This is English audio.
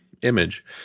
Image